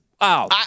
wow